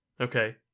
Okay